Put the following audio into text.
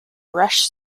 rush